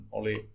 oli